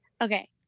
Okay